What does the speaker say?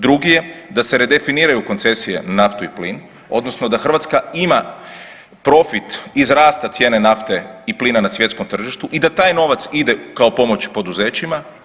Drugi je da se redefiniraju koncesije na naftu i plin, odnosno da Hrvatska ima profit iz rasta cijene nafte i plina na svjetskom tržištu i da taj novac ide kao pomoć poduzećima.